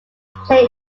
play